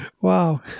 Wow